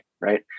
right